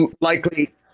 likely